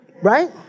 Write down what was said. Right